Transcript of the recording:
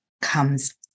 comes